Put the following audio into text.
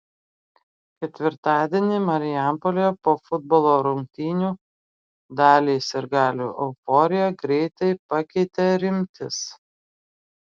ketvirtadienį marijampolėje po futbolo rungtynių daliai sirgalių euforiją greitai pakeitė rimtis